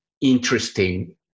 interesting